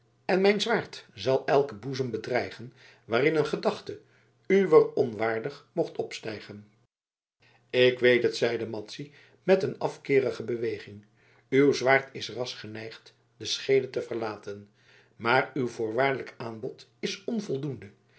en mijn zwaard zal elken boezem bedreigen waarin een gedachte uwer onwaardig mocht opstijgen ik weet het zeide madzy met een afkeerige beweging uw zwaard is ras geneigd de scheede te verlaten maar uw voorwaardelijk aanbod is onvoldoende